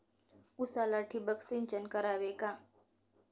उसाला ठिबक सिंचन करावे का?